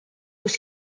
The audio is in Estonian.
kus